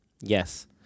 Yes